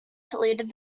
polluted